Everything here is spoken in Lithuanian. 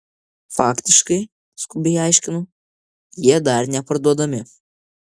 faktiškai skubiai aiškinu jie dar neparduodami